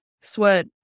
sweat